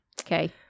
Okay